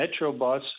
MetroBus